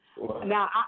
Now